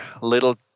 little